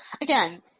again